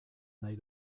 nahi